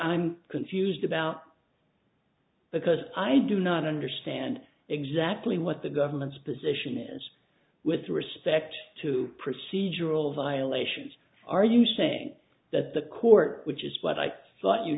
i'm confused about because i do not understand exactly what the government's position is with respect to procedural violations are you saying that the court which is what i thought you